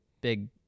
big